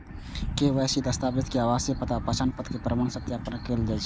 KYC दस्तावेज मे आवासीय पता, पहचान पत्र के प्रमाण के सत्यापन कैल जाइ छै